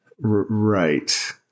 Right